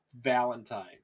Valentine